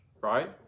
right